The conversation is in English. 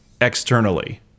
externally